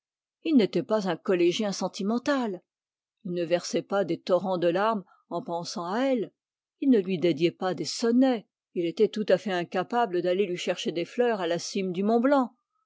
il n'était pas un collégien sentimental il ne versait pas des torrents de larmes en pesant à elle il ne lui dédiait pas des sonnets il était tout à fait incapable d'aller lui chercher des edelweiss à la cime d'une montagne